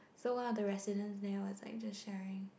so one of the residents there was like just sharing